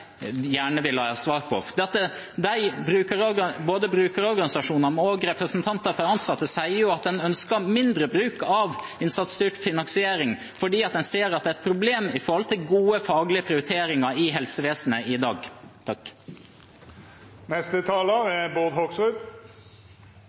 gjerne vil ha svar på. Både brukerorganisasjonene og representanter for de ansatte sier at de ønsker mindre bruk av innsatsstyrt finansiering fordi de ser at det er et problem i forhold til gode, faglige prioriteringer i helsevesenet i dag.